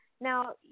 now